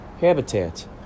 habitat